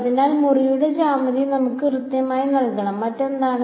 അതിനാൽ മുറിയുടെ ജ്യാമിതി നമുക്ക് കൃത്യമായി നൽകണം മറ്റെന്താണ്